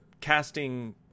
casting